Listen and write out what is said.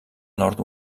nord